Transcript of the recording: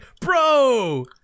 Bro